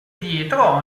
dietro